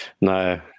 no